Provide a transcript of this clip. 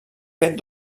fet